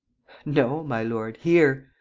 no, my lord, here,